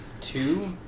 Two